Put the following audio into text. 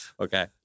Okay